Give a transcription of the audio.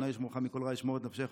ה' ישמרך מכל רע ישמר את נפשך.